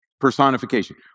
Personification